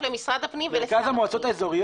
זה כפוף למשרד הפנים ולשר הפנים.